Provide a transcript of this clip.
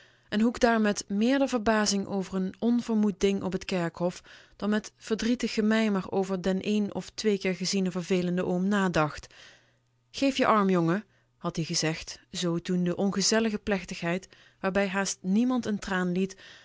en hoe k daar met meerder verbazing over n onvermoed ding op t kerkhof dan met verdrietig gemijmer over den een of twee keer gezienen vervelenden oom nadacht geef je arm jongen had-ie gezegd zoo toen de ongezellige plechtigheid waarbij haast niemand n traan liet